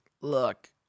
look